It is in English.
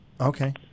Okay